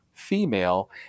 female